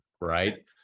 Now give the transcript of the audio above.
right